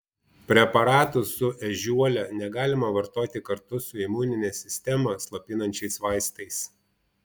preparatų su ežiuole negalima vartoti kartu su imuninę sistemą slopinančiais vaistais